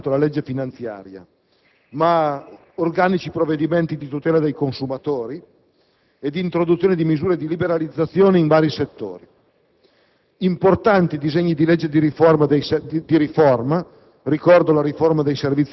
dire, sono elementi significativi: non soltanto la legge finanziaria, ma organici provvedimenti di tutela dei consumatori e di introduzione di misure di liberalizzazione in vari settori.